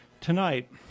Tonight